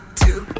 two